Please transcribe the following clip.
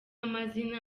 amazina